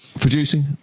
Producing